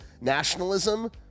nationalism